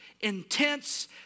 intense